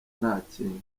ntakindi